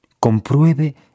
Compruebe